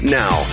now